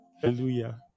Hallelujah